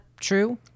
true